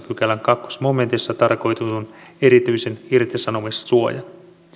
pykälän toisessa momentissa tarkoitetun erityisen irtisanomissuojan